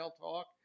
talk